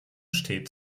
steht